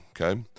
okay